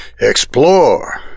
Explore